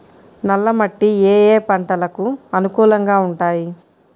నల్ల మట్టి ఏ ఏ పంటలకు అనుకూలంగా ఉంటాయి?